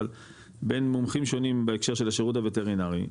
אבל בין מומחים שונים בהקשר של השירות הווטרינרי,